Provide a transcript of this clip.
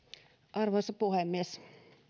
arvoisa puhemies